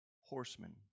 horsemen